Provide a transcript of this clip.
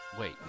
Wait